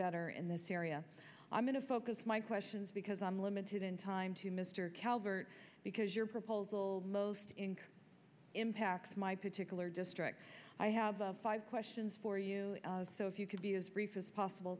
better in this area i'm going to focus my questions because i'm limited in time to mr calvert because your proposal most increase impacts my particular district i have five questions for you so if you could be as brief as possible